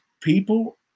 people